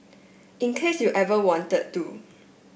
in case you ever wanted to